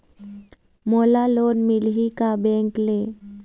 मोला लोन मिलही का बैंक ले?